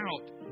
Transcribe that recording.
out